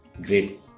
great